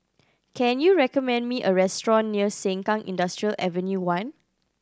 can you recommend me a restaurant near Sengkang Industrial Avenue One